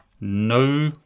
no